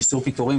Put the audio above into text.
איסור פיטורים,